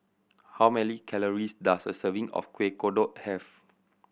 how many calories does a serving of Kueh Kodok have